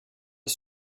est